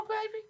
baby